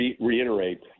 reiterate